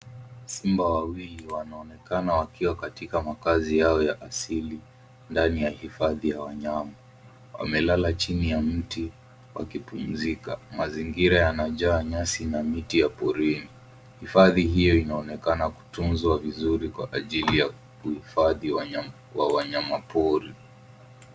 Simba wawili wanaonekana wakiwa katika makazi yao ya asili ndani ya hifadhi ya wanyama. Wamelala chini ya mti wamepumzika. Mazingira yanajaa nyasi na miti ya porini. Hifadhi hiyo inaonekana kutunzwa vizuri kwa ajili ya kuhifadhi wanyama pori.